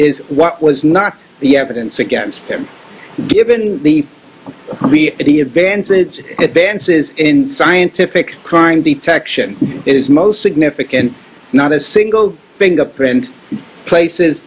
is what was not the evidence against him given the that he advance it advances in scientific crime detection it is most significant not a single fingerprint places